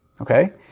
okay